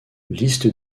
liste